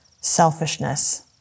selfishness